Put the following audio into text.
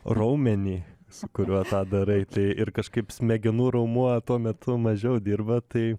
raumenį su kuriuo tą darai tai ir kažaip smegenų raumuo tuo metu mažiau dirba tai